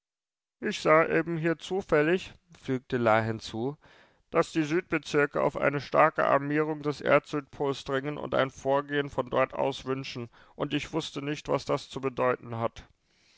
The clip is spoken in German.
ich sah eben hier zufällig fügte la hinzu daß die südbezirke auf eine starke armierung des erdsüdpols dringen und ein vorgehen von dort aus wünschen und ich wußte nicht was das zu bedeuten hat